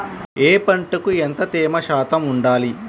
ఏ పంటకు ఎంత తేమ శాతం ఉండాలి?